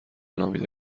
نامیده